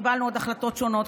קיבלנו עוד החלטות שונות,